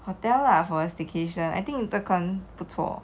hotel lah for staycation I think 不错